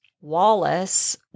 Wallace